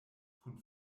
kun